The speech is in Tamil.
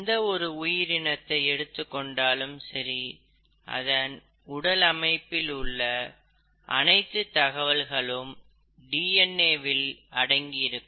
எந்த ஒரு உயிரினத்தை எடுத்துக்கொண்டாலும் சரி அதன் உடல் அமைப்பில் உள்ள அனைத்து தகவல்களும் டி என் ஏ வில் அடங்கியிருக்கும்